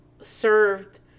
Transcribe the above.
served